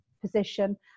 position